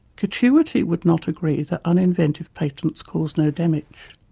catuity would not agree that uninventive patents cause no damage.